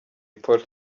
polly